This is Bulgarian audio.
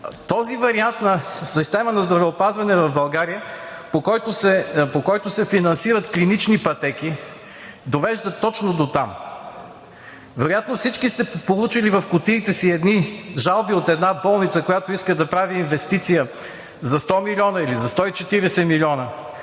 Този вариант на система на здравеопазване в България, по който се финансират клинични пътеки, довежда точно дотам. Вероятно всички сте получили в кутиите си едни жалби от една болница, която иска да прави инвестиция за 100 милиона или за 140 милиона.